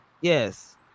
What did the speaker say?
yes